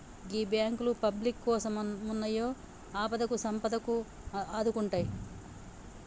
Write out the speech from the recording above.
గీ బాంకులు పబ్లిక్ కోసమున్నయ్, ఆపదకు సంపదకు ఆదుకుంటయ్